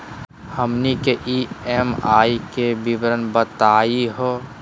हमनी के ई.एम.आई के विवरण बताही हो?